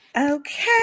okay